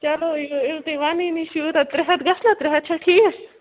چَلو ییٚلہِ تۄہہِ ونٲنی چھُو ترٛےٚ ہتھ گژھنا ترٛےٚ ہتھ چھا ٹھیٖک